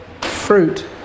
fruit